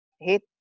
hit